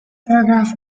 paragraph